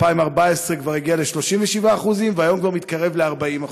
ב-2014 זה כבר הגיע ל-37%, והיום כבר מתקרב ל-40%.